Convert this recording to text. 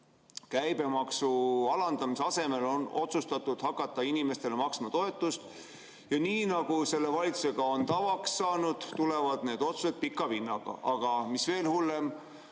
Käibemaksu alandamise asemel on otsustatud hakata inimestele maksma toetust, ja nii, nagu selle valitsusega on tavaks saanud, tulevad need otsused pika vinnaga. Aga mis veel hullem,